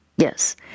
Yes